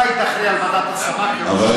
אתה היית אחראי לוועדת השמה כראש עיר.